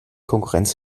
konkurrenz